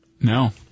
No